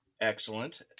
Excellent